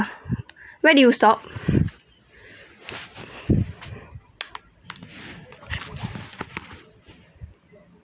where did you stop